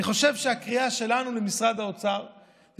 אני חושב שהקריאה שלנו למשרד האוצר היא